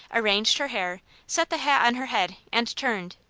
arranged her hair, set the hat on her head, and turned.